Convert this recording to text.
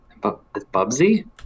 Bubsy